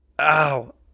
Ow